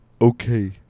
okay